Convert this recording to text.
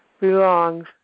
belongs